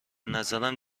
نظرم